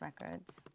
records